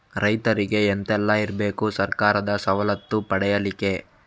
ರೈತರಿಗೆ ಎಂತ ಎಲ್ಲ ಇರ್ಬೇಕು ಸರ್ಕಾರದ ಸವಲತ್ತು ಪಡೆಯಲಿಕ್ಕೆ?